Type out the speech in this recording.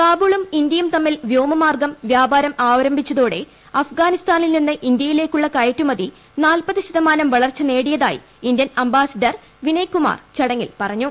കാബൂളും ഇന്ത്യയും തമ്മിൽ വ്യോമമാർഗം വൃാപാരം ആരംഭിച്ചതോടെ അഫ്ഗാനിസ്ഥാനിൽ നിന്ന് ഇന്ത്യയിലേക്കുള്ള കയറ്റുമതി നാല്പത് ശതമാനം വളർച്ച നേടിയതായി ഇന്തൃൻ അംബാസഡർ വിനയ് കുമാർ ചടങ്ങിൽ പറഞ്ഞു